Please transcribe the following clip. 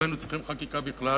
לא היינו צריכים חקיקה בכלל,